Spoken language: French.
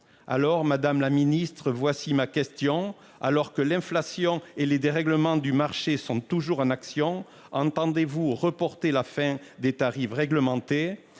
Alors Madame la Ministre voici ma question, alors que l'inflation et les dérèglements du marché sont toujours en action. Entendez-vous reporter la fin des tarifs réglementés